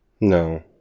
No